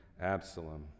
Absalom